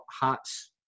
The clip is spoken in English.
Hats